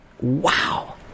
wow